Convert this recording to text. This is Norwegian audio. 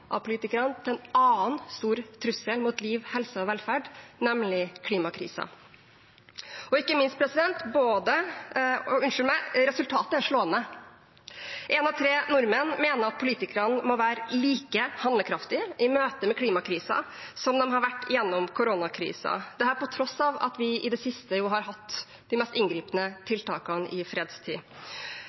av en annen stor trussel mot liv, helse og velferd, nemlig klimakrisen. Resultatet er slående: Én av tre nordmenn mener at politikerne må være like handlekraftige i møte med klimakrisen som de har vært gjennom koronakrisen – dette på tross av at vi i det siste har hatt de mest inngripende tiltakene i fredstid.